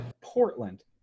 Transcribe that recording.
Portland